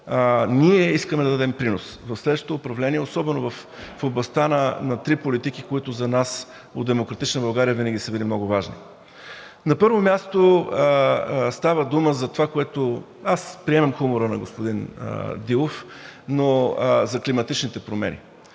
Ние искаме да дадем принос в следващото управление, особено в областта на три политики, които за нас от „Демократична България“ винаги са били много важни. На първо място, става дума за това, което – аз приемам хумора на господин Дилов – за климатичните промени.